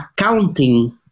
accounting